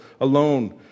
alone